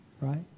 right